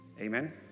Amen